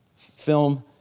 film